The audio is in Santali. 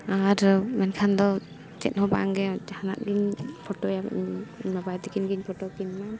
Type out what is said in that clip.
ᱟᱨ ᱢᱮᱱᱠᱷᱟᱱ ᱫᱚ ᱪᱮᱫ ᱦᱚᱸ ᱵᱟᱝᱜᱮ ᱡᱟᱦᱟᱱᱟᱜ ᱜᱤᱧ ᱯᱷᱳᱴᱳᱭᱟ ᱤᱧ ᱤᱧ ᱵᱟᱵᱟ ᱟᱭᱳ ᱛᱟᱠᱤᱱ ᱜᱤᱧ ᱯᱷᱳᱴᱳ ᱠᱤᱱ ᱢᱟ